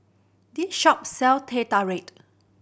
this shop sell Teh Tarik